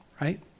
right